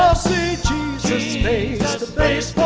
see jesus face to face